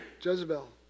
Jezebel